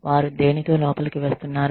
వారు దేనితో లోపలికి వస్తున్నారు